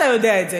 אתה יודע את זה.